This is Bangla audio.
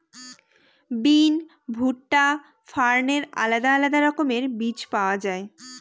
বিন, ভুট্টা, ফার্নের আলাদা আলাদা রকমের বীজ পাওয়া যায়